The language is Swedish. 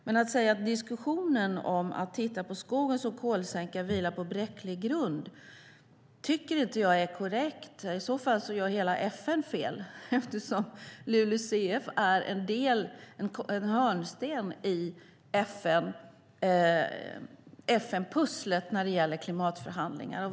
Men att säga att diskussionen om att titta på skogen som kolsänka vilar på bräcklig grund tycker jag inte är korrekt. I så fall gör hela FN fel, eftersom LULUCF är en del, en hörnsten, i FN-pusslet när det gäller klimatförhandlingarna.